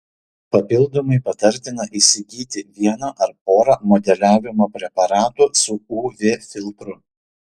papildomai patartina įsigyti vieną ar porą modeliavimo preparatų su uv filtru